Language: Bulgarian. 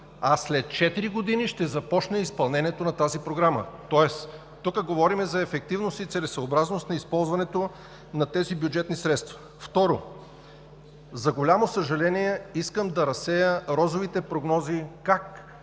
А след четири години ще започне изпълнението на тази програма. Тоест, тук говорим за ефективност и целесъобразност на използването на тези бюджетни средства. Второ, за голямо съжаление искам да разсея розовите прогнози как